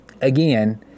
Again